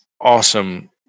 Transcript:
awesome